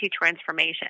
transformation